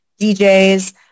DJs